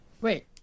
Wait